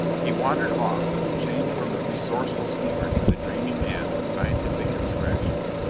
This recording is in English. he wandered off, changed from the resourceful schemer to the dreamy man of scientific abstractions.